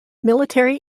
military